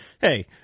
hey